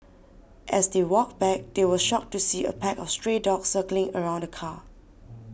as they walked back they were shocked to see a pack of stray dogs circling around the car